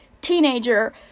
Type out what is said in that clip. teenager